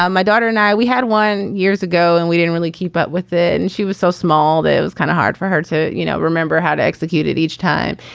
ah my daughter and i, we had one year ago and we didn't really keep up with it. and she was so small that it was kind of hard for her to you know remember how to execute it each time.